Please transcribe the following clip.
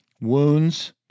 wounds